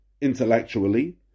intellectually